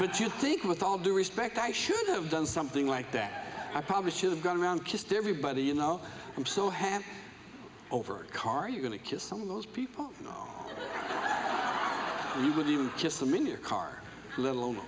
but you'd think with all due respect i should have done something like that i probably should have gone around kissed everybody you know i'm so happy over car you going to kiss some of those people you would even just them in your car let alone